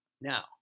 Now